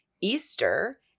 Easter